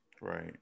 Right